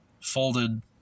folded